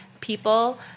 people